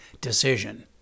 decision